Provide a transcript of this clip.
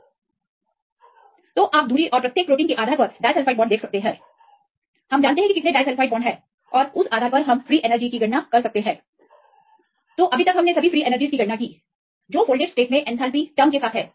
Student Yes विद्यार्थी हां आप दूरी और प्रत्येक प्रोटीन के आधार पर डाइसल्फ़ाइड बांड देख सकते हैं हम जानते हैं कि कितने डाइसल्फ़ाइड बॉन्ड हैं इसके आधार पर आप डाइसल्फ़ाइड के कारण फ्री एनर्जी की गणना कर सकते हैं अब हमने लगभग सभी फ्री एनर्जीज की गणना की हैं जो फोल्डेड स्टेट एंथैल्पी शब्द के साथ हैं